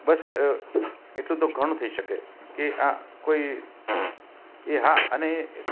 બસ એટલું તો ઘણું થઈ શકે કે આ કોઈ એ હા અને